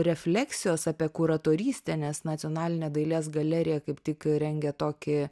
refleksijos apie kuratorystę nes nacionalinė dailės galerija kaip tik rengia tokį